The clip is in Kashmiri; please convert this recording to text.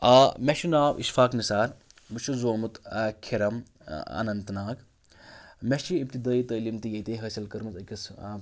آ مےٚ چھُ ناو اِشفاق نِثار بہٕ چھُس زامُت کھِرَم اننت ناگ مےٚ چھِ ابتدٲیی تعلیٖم تہِ ییٚتی حٲصِل کٔرمٕژ أکِس